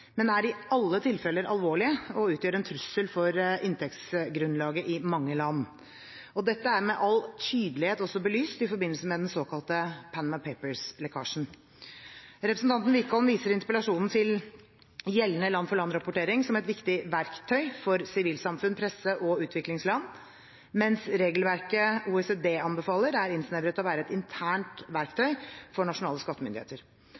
men er i alle tilfeller alvorlige og utgjør en trussel for inntektsgrunnlaget i mange land. Dette er med all tydelighet også belyst i forbindelse med den såkalte Panama Papers-lekkasjen. Representanten Wickholm viser i interpellasjonen til gjeldende land-for-land-rapportering som «et viktig verktøy for sivilsamfunn, presse og utviklingsland, mens regelverket OECD anbefaler, er innsnevret til å være et internt verktøy for nasjonale skattemyndigheter».